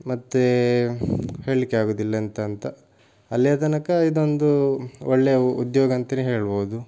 ಮತ್ತೆ ಹೇಳಲಿಕ್ಕೆ ಆಗುವುದಿಲ್ಲ ಎಂಥ ಅಂತ ಅಲ್ಲಿಯ ತನಕ ಇದೊಂದು ಒಳ್ಳೆಯ ಉದ್ಯೋಗ ಅಂತಾನೆ ಹೇಳ್ಬೋದು